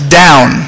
down